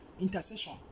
Intercession